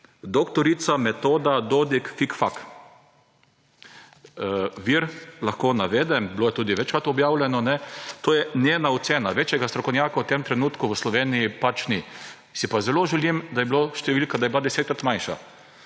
ni, dr. Metoda Dodič Fikfak. Vir lahko navedem, bilo je tudi večkrat objavljeno. To je njena ocena. Večjega strokovnjaka v tem trenutku v Sloveniji pač ni. Si pa zelo želim, da bi bila številka desetkrat manjša.